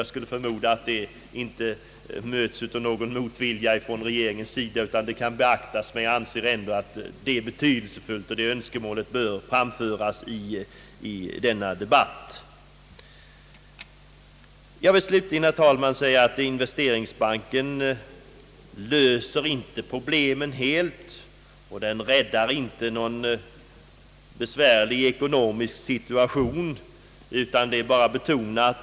Jag skulle förmoda att detta önskemål inte möts av någon motvilja från regeringens sida, men jag anser att det bör framföras i denna debatt. Herr talman! Investeringsbanken löser inte problemen helt och den räddar inte någon besvärlig ekonomisk situation.